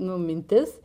nu mintis